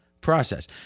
process